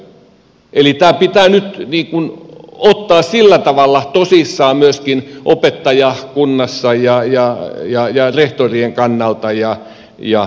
eli tämä pitää nyt ottaa sillä tavalla tosissaan myöskin opettajakunnassa ja rehtorien kannalta ja näin